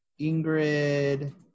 Ingrid